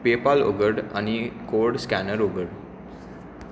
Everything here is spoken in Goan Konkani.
पेपॅल उघड आनी कोड स्कॅनर उघड